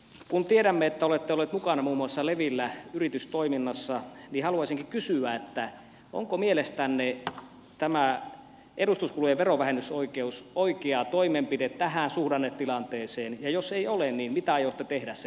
kun tiedämme että olette ollut mukana muun muassa levillä yritystoiminnassa niin haluaisinkin kysyä onko mielestänne tämä edustuskulujen verovähennysoikeuden poistaminen oikea toimenpide tähän suhdannetilanteeseen ja jos ei ole niin mitä aiotte tehdä sen palauttamiseksi